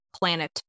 planet